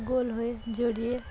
গোল হয়ে জড়িয়ে